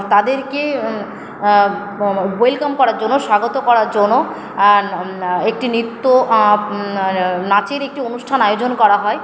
তাদেরকে ওলেয়কাম করার জন্য স্বাগত করার জন্য একটি নৃত্য নাচের একটি অনুষ্ঠান আয়োজন করা হয়